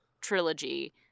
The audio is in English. trilogy